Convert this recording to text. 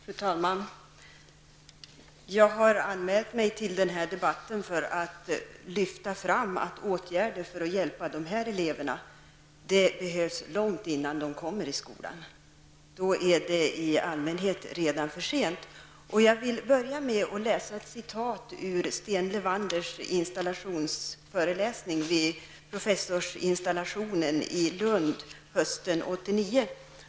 Fru talman! Jag har anmält mig till den här debatten för att lyfta fram att åtgärder för att hjälpa de här eleverna behövs långt innan de kommer i skolan. Då är det i allmänhet redan för sent. Jag vill börja med att läsa ett citat ur Sten Levanders installationsföreläsning vid professorsinstallationen i Lund hösten 1989.